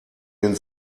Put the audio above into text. den